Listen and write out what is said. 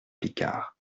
picard